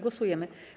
Głosujemy.